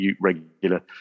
regular